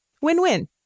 Win-win